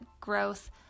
growth